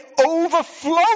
overflow